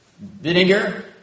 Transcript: Vinegar